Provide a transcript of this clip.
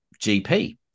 GP